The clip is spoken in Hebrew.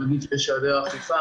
נדלג על הכשלים --- אכיפה,